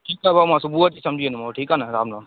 ठीकु आहे भाऊ मां सुबूह जो अची सम्झी वेंदोमांव ठीकु आहे न राम राम